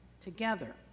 Together